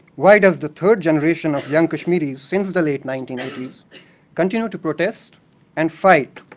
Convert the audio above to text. why does the third generation of young kashmiris since the late nineteen ninety s continue to protest and fight,